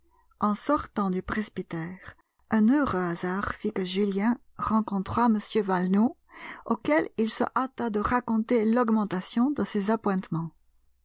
en sortant du presbytère un heureux hasard fit que julien rencontra m valenod auquel il se hâta de raconter l'augmentation de ses appointements